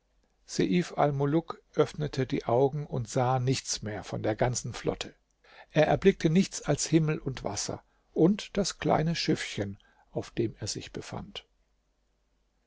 öffnete die augen und sah nichts mehr von der ganzen flotte er erblickte nichts als himmel und wasser und das kleine schiffchen auf dem er sich befand